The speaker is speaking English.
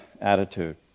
attitude